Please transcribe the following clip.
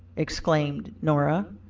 exclaimed nora.